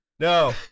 No